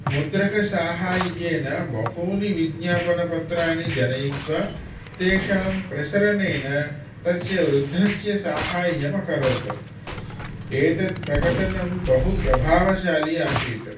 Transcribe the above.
मुद्रकसाहाय्येन बहूनि विज्ञापनपत्राणि जनयित्वा तेषां प्रसरणेन तस्य वृद्धस्य साहाय्यम् अकरोत् एतत् प्रकटनं बहुप्रभावशाली आसीत्